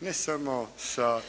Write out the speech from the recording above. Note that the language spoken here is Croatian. ne samo sa